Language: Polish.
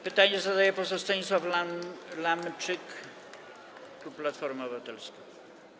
Pytanie zada poseł Stanisław Lamczyk, klub Platforma Obywatelska.